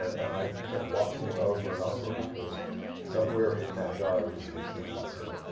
and i kept watching it over and over, because somewhere in that guy was the key to